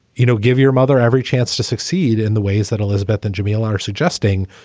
you know, give your mother every chance to succeed in the ways that elizabeth and jamila are suggesting.